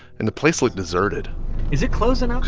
and the place looked deserted is it closing